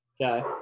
Okay